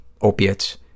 opiates